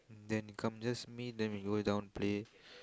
then come just me then we go down play